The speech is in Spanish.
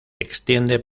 extiende